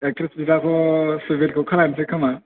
actress बिदाखौ सुबिरखौनो खालामनिसै खोमा